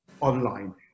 online